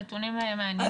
הנתונים מעניינים מאוד.